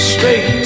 Straight